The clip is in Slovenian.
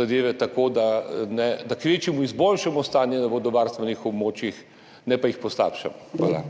zadeve tako, da kvečjemu izboljšamo stanje na vodovarstvenih območjih, ne pa jih poslabšamo. Hvala.